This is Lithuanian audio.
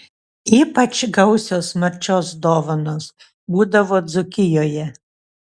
ypač gausios marčios dovanos būdavo dzūkijoje